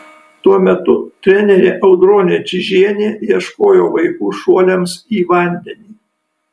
tuo metu trenerė audronė čižienė ieškojo vaikų šuoliams į vandenį